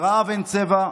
לרעב אין צבע,